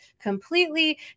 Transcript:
completely